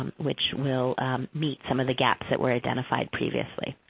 which will meet some of the gaps that were identified previously.